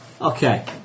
okay